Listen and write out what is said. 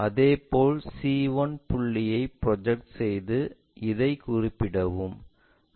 அதேபோல் c1 புள்ளியைக் project செய்து இதை குறிப்பிடவும்